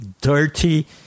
dirty